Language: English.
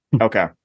Okay